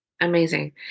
Amazing